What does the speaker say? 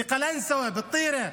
בקלנסווה, בטירה.